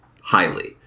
highly